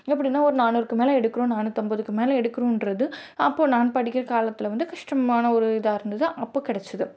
எப்படின்னா ஒரு நானூறுக்குமேலே எடுக்கிறோம் நானூற்றம்பதுக்கு மேலே எடுக்கிறோன்றது அப்போது நான் படிக்கிற காலத்தில் வந்து கஷ்டமான ஒரு இதாக இருந்தது அப்போ கிடைச்சிது